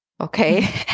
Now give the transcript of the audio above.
Okay